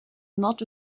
not